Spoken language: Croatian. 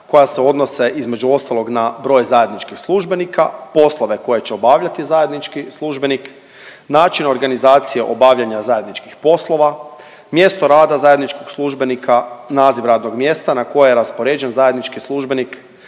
koja se odnose između ostalog na broj zajedničkih službenika, poslove koje će obavljati zajednički službenik, način organizacije obavljanja zajedničkih poslova, mjesto rada zajedničkog službenika, naziv radnog mjesta na koje je raspoređen zajednički službenik,